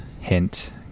hint